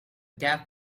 cap